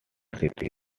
city